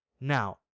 Now